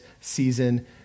season